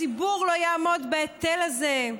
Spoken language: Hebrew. הציבור לא יעמוד בהיטל הזה.